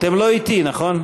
אתם לא אתי, נכון?